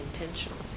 intentional